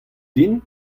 din